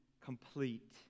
complete